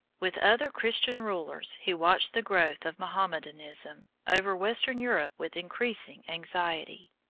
with other christian rulers he watched the growth of mohammedanism over western europe with increasing anxiety.